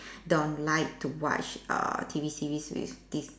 don't like to watch err T_V series with this